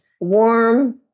warm